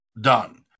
done